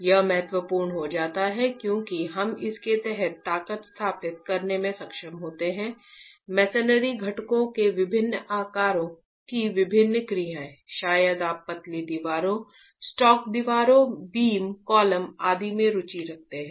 यह महत्वपूर्ण हो जाता है क्योंकि तब हम इसके तहत ताकत स्थापित करने में सक्षम होते हैं मेसेनरी घटकों के विभिन्न आकारों की विभिन्न क्रियाएं शायद आप पतली दीवारों स्क्वाट दीवारों बीम कॉलम आदि में रुचि रखते हैं